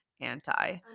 anti